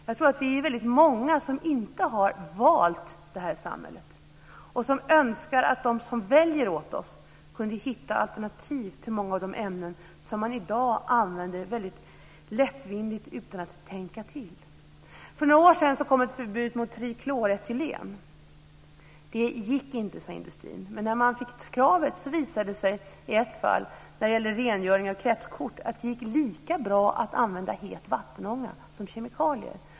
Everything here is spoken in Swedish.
Jag tror att vi är många som inte har valt det här samhället, och som önskar att de som väljer åt oss kunde hitta alternativ till många av de ämnen som man i dag använder väldigt lättvindigt och utan att tänka till. För några år sedan kom ett förbud mot trikloretylen. Det gick inte, sa industrin. Men när kravet ställdes så visade det sig i ett fall, som gällde rengöring av kretskort, att det gick lika bra att använda het vattenånga som kemikalier.